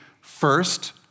first